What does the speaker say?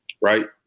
right